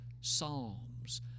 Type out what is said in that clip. Psalms